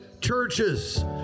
churches